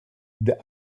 der